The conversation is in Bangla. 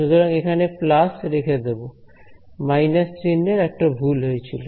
সুতরাং এখানে প্লাস রেখে দেব মাইনাস চিহ্নের একটি ভুল হয়েছিল